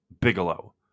Bigelow